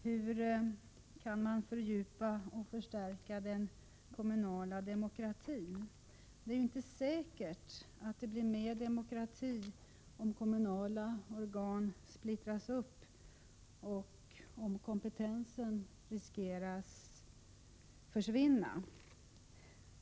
Herr talman! Hur kan man fördjupa och förstärka den kommunala demokratin? Det är inte säkert att det blir mer demokrati om kommunala organ splittras upp och om det finns risk för att kompetensen försvinner.